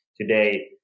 today